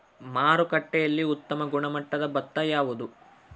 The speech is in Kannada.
ಮಾರುಕಟ್ಟೆಯಲ್ಲಿ ಉತ್ತಮ ಗುಣಮಟ್ಟದ ಭತ್ತ ಯಾವುದು?